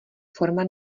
forma